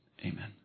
amen